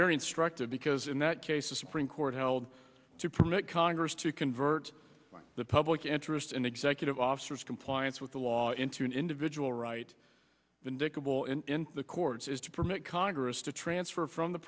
very instructive because in that case the supreme court held to permit congress to convert the public interest and executive officers compliance with the law into an individual right the nickel in the courts is to permit congress to transfer from the